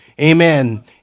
Amen